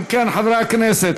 אם כן, חברי הכנסת,